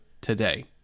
today